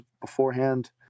beforehand